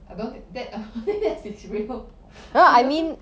I don't think that that's his real I don't